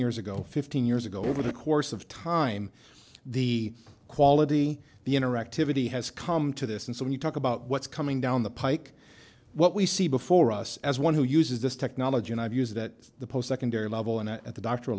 years ago fifteen years ago over the course of time the quality the interactivity has come to this and so when you talk about what's coming down the pike what we see before us as one who uses this technology and i've used that the post secondary level and at the doctor